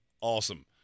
Awesome